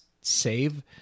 save